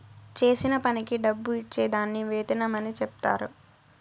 చేసిన పనికి డబ్బు ఇచ్చే దాన్ని వేతనం అని చెప్తారు